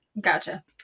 Gotcha